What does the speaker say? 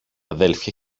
αδέλφια